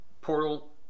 Portal